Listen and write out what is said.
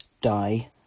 die